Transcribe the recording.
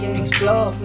explore